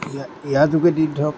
ইয়াৰ যোগেদি ধৰক